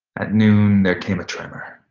at noon there came a tremor